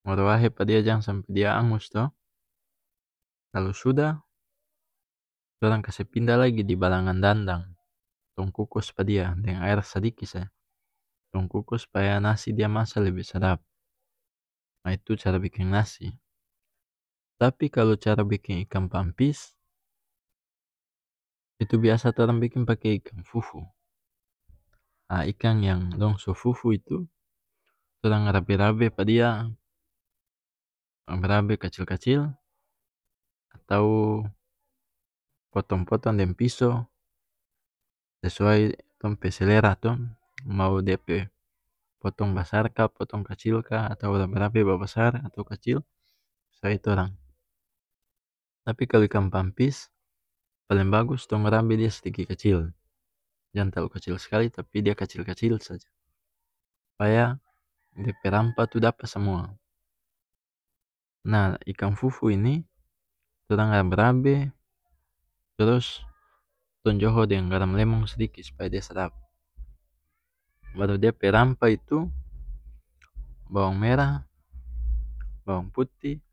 kong ruwahe pa dia jang sampe dia angus to kalu sudah torang kase pindah lagi di balangan dandang tong kukus pa dia deng aer sadiki saja tong kukus supaya nasi dia masa lebe sadap ah itu cara biking nasi tapi kalu cara biking ikang pampis itu biasa torang biking pake ikang fufu ah ikang yang dong so fufu itu torang rabe rabe pa dia tong rabe kacil kacil atau potong potong deng piso sesuai tong pe selera to mau dia pe potong basar ka potong kacil ka atau rabe rabe babasar atau kacil sesuai torang tapi kalau ikang pampis paleng bagus tong rabe dia sadiki kacil jang talu kacil skali tapi dia kacil kacil saja supaya dia pe rampah itu dapa samua nah ikang fufu ini torang rabe rabe trus tong joho deng garam lemong sdiki supaya dia sadap baru dia pe rampah itu bawang merah bawang putih.